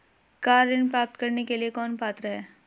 Car ऋण प्राप्त करने के लिए कौन पात्र है?